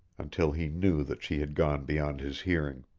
until he knew that she had gone beyond his hearing.